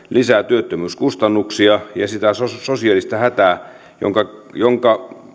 lisää työttömyyskustannuksia ja ja sitä sosiaalista hätää jonka jonka